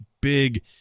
big